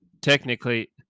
Technically